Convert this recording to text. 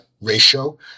ratio